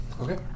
Okay